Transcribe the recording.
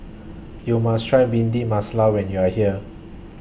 YOU must Try Bhindi Masala when YOU Are here